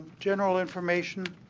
general information.